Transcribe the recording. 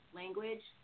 language